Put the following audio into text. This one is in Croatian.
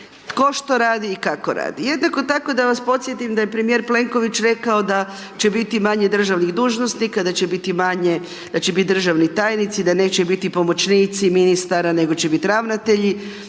tko što radi i kako radi. Jednako tako, da vas podsjetim da je premjer Plenković rekao, da će biti manje državnih dužnosnika, da će biti manje, da će biti državni tajnici, da neće biti pomoćnici ministara, nego će biti ravnatelji,